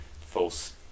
False